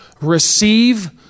receive